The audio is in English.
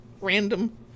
random